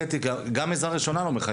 קטי: לא מחייבים אותם גם בעזרה ראשונה.